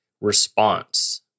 Response